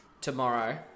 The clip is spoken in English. Tomorrow